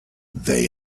they